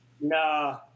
Nah